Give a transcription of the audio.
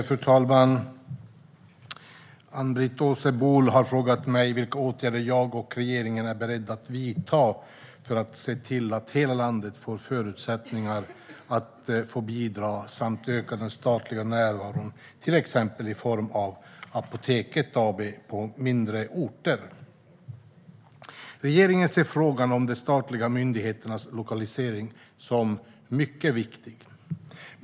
Fru talman! Ann-Britt Åsebol har frågat mig vilka åtgärder jag och regeringen är beredda att vidta för att se till att hela landet får förutsättningar att bidra samt för att öka den statliga närvaron, till exempel i form av Apoteket AB, på mindre orter. Regeringen ser frågan om de statliga myndigheternas lokalisering som mycket viktig.